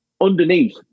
underneath